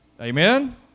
Amen